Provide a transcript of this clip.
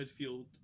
midfield